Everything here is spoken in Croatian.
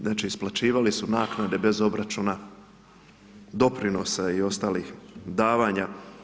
Znači isplaćivali su naknade bez obračuna doprinosa i ostalih davanja.